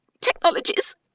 technologies